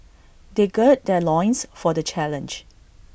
they gird their loins for the challenge